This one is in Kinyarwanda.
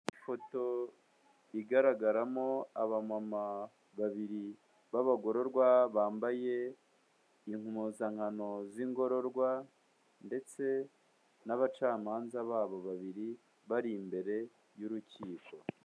Ifoto igaragaramo abamama babiri b'abagororwa, bambaye impuzankano z'ingororwa ndetse n'abacamanza babo babiri, bari imbere y'urukiko.